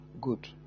good